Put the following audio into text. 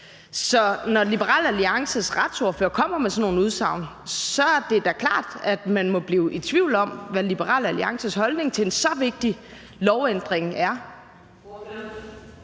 Så når Liberal Alliances retsordfører kommer med sådan nogle udsagn, er det da klart, at man må blive i tvivl om, hvad Liberal Alliances holdning til en så vigtig lovændring er.